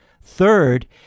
Third